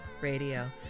radio